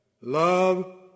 love